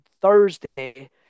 Thursday